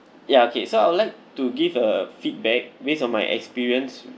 ya okay so I would like to give a feedback based on my experience